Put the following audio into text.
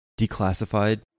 Declassified